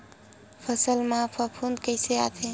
फसल मा फफूंद कइसे आथे?